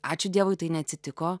ačiū dievui tai neatsitiko